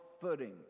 footing